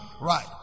Right